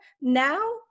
Now